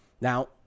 Now